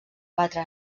quatre